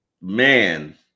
Man